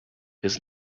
his